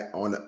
on